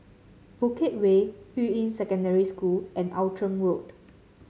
Bukit Way Yuying Secondary School and Outram Road